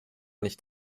nicht